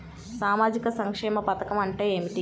సామాజిక సంక్షేమ పథకం అంటే ఏమిటి?